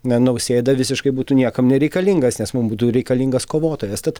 na nausėda visiškai būtų niekam nereikalingas nes mums būtų reikalingas kovotojas tad